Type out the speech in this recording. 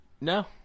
No